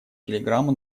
телеграмму